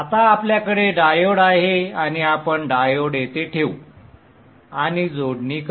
आता आपल्याकडे डायोड आहे आणि आपण डायोड येथे ठेवू आणि जोडणी करू